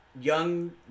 young